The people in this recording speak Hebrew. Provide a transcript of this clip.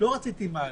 לא רציתי מעלית,